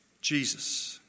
Jesus